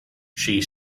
she